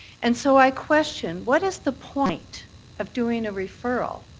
and so i question what is the point of doing a referral